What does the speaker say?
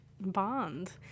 bond